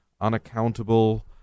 unaccountable